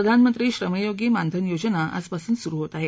प्रधानमंत्री श्रमयोगी मानधन योजना आजपासून सुरू होत आहे